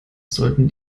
sollten